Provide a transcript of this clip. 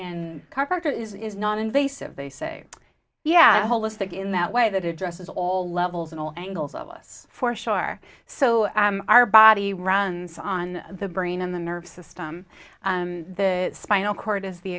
that is not invasive they say yeah holistic in that way that addresses all levels and all angles of this for sure so our body runs on the brain and the nervous system the spinal cord is the